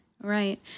Right